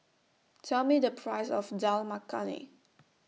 Tell Me The Price of Dal Makhani